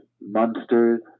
monsters